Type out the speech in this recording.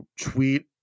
tweet